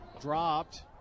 dropped